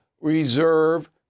reserve